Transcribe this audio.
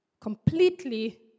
completely